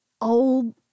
old